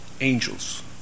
angels